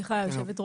על תובענות ייצוגיות